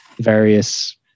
various